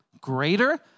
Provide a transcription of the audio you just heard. Greater